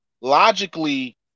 logically